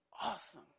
awesome